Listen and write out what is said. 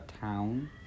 town